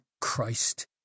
Christ